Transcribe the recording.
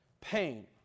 pain